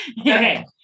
Okay